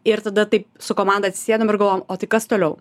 ir tada taip su komanda atsisėdom ir galvojom o tai kas toliau